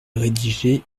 rédigé